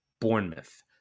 Bournemouth